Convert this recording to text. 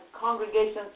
congregations